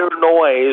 noise